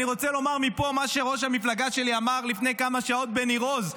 אני רוצה לומר מפה מה שראש המפלגה שלי אמר לפני כמה שעות בניר עוז,